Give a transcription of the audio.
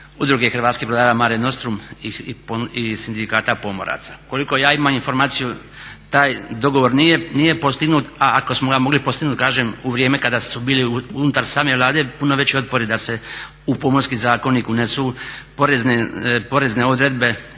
udruge Hrvatskih brodara Mare nostrum i sindikata pomoraca. Koliko ja imam informaciju taj dogovor nije postignuta, a ako smo ga mogli postići u vrijeme kada su bili unutar same Vlade puno veći otpori da se Pomorski zakonik unesu porezne odredbe